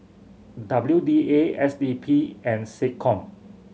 W D A S D P and SecCom